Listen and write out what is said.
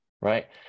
right